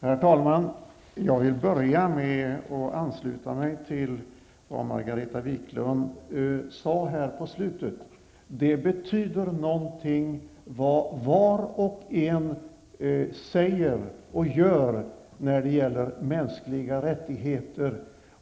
Herr talman! Till att börja med vill jag säga att jag ansluter mig till det som Margareta Viklund avslutningsvis sade. Det som var och en säger och gör har alltså betydelse när det gäller mänskliga rättigheter.